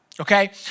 Okay